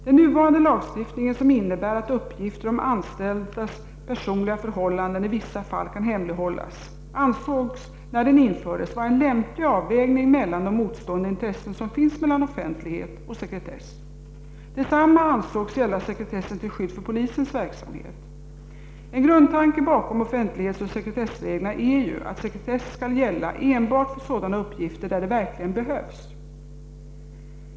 Den nuvarande lagstiftningen, som innebär att uppgifter om anställdas personliga förhållanden i vissa fall kan hemlighållas, ansågs när den infördes vara en lämplig avvägning mellan de motstående intressen som finns mellan offentlighet och sekretess. Detsamma ansågs gälla sekretessen till skydd för polisens verksamhet. En grundtanke bakom offentlighetsoch sekretessreglerna är ju att sekretess skall gälla enbart för sådana uppgifter där det verkligen behövs.